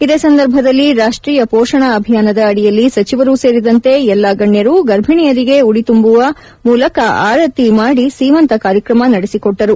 ಇದೇ ಸಂದರ್ಭದಲ್ಲಿ ರಾಷ್ಟೀಯ ಪೋಷಣ ಅಭಿಯಾನದ ಅಡಿಯಲ್ಲಿ ಸಚಿವರು ಸೇರಿದಂತೆ ಎಲ್ಲಾ ಗಣ್ಯರು ಗರ್ಭಿಣಿಯರಿಗೆ ಉಡಿ ತುಂಬಿ ಆರತಿ ಮಾಡುವ ಮೂಲಕ ಸೀಮಂತ ಕಾರ್ಯಕ್ರಮ ನಡೆಸಿಕೊಟ್ಟರು